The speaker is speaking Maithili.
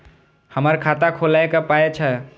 हमर खाता खौलैक पाय छै